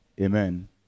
Amen